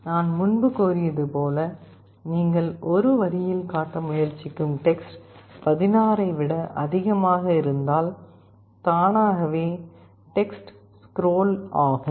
நான் முன்பு கூறியது போல் நீங்கள் ஒரு வரியில் காட்ட முயற்சிக்கும் டெக்ஸ்ட் 16 ஐ விட அதிகமாக இருந்தால் தானாகவே டெக்ஸ்ட் ஸ்க்ரோல் ஆகும்